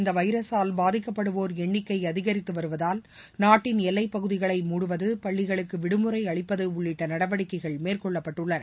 இந்தவைரஸால் பாதிக்கப்படுவோர் எண்ணிக்கைஅதிகரித்துவருவதால் நாட்டின் எல்லைப்பகுதிகளை மூடுவது பள்ளிகளுக்குவிடுமுறைஅளிப்பதுஉள்ளிட்டநடவடிக்கைகள் மேற்கொள்ளப்பட்டுள்ளன